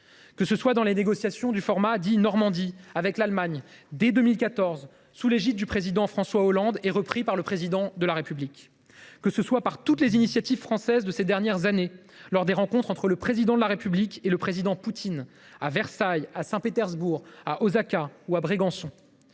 Que ce soit dans les négociations avec l’Allemagne au format dit Normandie, commencées dès 2014 sous l’égide du président François Hollande, puis reprises par le président Macron ; que ce soit par les initiatives françaises de ces dernières années, lors des rencontres entre le Président de la République et le président Poutine à Versailles, à Saint Pétersbourg, à Osaka et à Brégançon